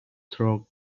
through